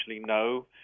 no